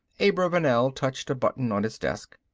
abravanel touched a button on his desk.